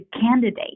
candidate